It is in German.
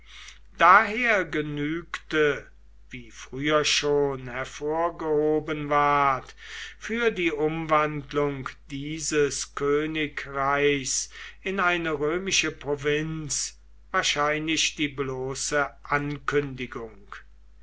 daher genügte wie früher schon hervorgehoben ward für die umwandlung dieses königreichs in eine römische provinz wahrscheinlich die bloße ankündigung